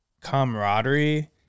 camaraderie